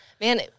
Man